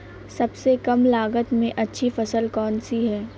सबसे कम लागत में अच्छी फसल कौन सी है?